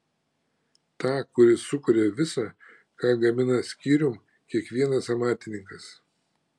tą kuris sukuria visa ką gamina skyrium kiekvienas amatininkas